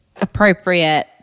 appropriate